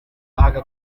aka